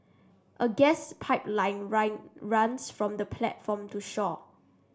a gas pipeline run runs from the platform to shore